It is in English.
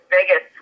Vegas